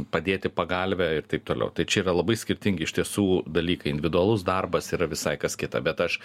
padėti pagalvę ir taip toliau tai čia yra labai skirtingi iš tiesų dalykai individualus darbas yra visai kas kita bet aš